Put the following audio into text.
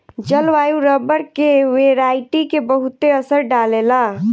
जलवायु रबर के वेराइटी के बहुते असर डाले ला